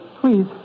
Please